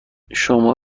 شما